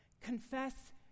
Confess